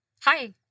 Hi